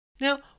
Now